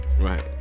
Right